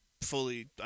fully